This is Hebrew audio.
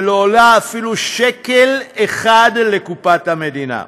ולא עולה אפילו שקל אחד לקופת המדינה.